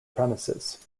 premises